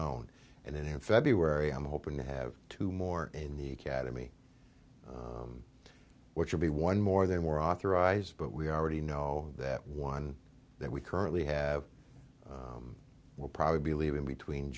own and in february i'm hoping to have two more in the academy which will be one more than were authorized but we already know that one that we currently have will probably be leaving between